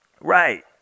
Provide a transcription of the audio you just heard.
Right